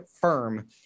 Firm